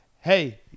Hey